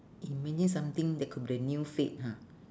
imagine something that could be the new fad ha